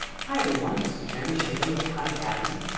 hi everyone, this is jeremy schifeling with khan academy.